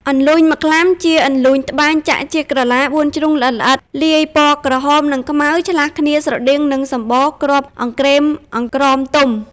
អន្លូញមក្លាំ ជាអន្លូញត្បាញចាក់ជាក្រឡាបួនជ្រុងល្អិតៗ លាយព័ណ៌ក្រហមនិងខ្មៅឆ្លាស់គ្នាស្រដៀងនឹងសម្បុរគ្រាប់អង្ក្រេមអង្ក្រមទុំ។